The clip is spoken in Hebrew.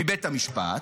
מבית המשפט,